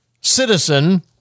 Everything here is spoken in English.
citizen